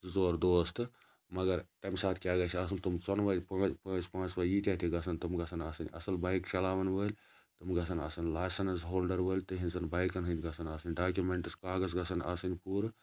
زٕ ژور دوس تہٕ مَگَر تمہِ ساتہٕ کیاہ گَژھِ آسُن تِم ژۄنوٕے ییٖتیاہ تہِ گَژھَن تِم گژھن آسٕنۍ اصل بایک چَلاوَن وٲلۍ تِم گَژھَن آسٕنۍ لاسنٕز ہولڈَر وٲلۍ تِہِنٛزَن بایکَن ہٕنٛدۍ گَژھَن آسٕنۍ ڈاکیمنٹس کاغَز گَژھَن آسٕنۍ پوٗرٕ